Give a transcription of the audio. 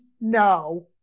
no